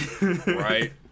Right